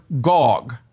Gog